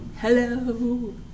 hello